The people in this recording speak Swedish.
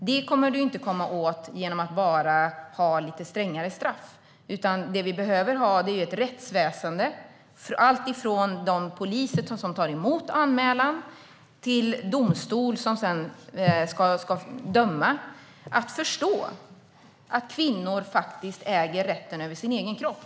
Det kommer vi inte att komma åt bara genom att ha lite strängare straff, utan det vi behöver är ett rättsväsen, alltifrån de poliser som tar emot anmälan till domstol som sedan ska döma, som förstår att kvinnor faktiskt äger rätten till sin egen kropp.